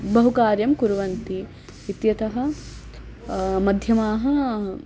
बहुकार्यं कुर्वन्ति इत्यतः मध्यमाः